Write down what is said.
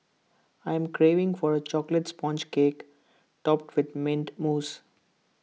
I am craving for A Chocolate Sponge Cake Topped with Mint Mousse